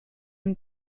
him